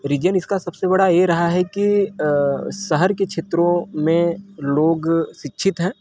reason इसका सबसे बड़ा ये रहा है कि अ शहर के क्षेत्रों में लोग शिक्षित हैं